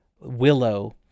Willow